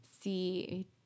see